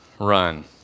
run